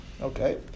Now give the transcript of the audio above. okay